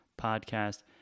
podcast